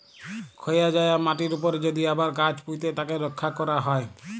ক্ষয় যায়া মাটির উপরে যদি আবার গাছ পুঁতে তাকে রক্ষা ক্যরা হ্যয়